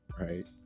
right